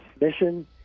mission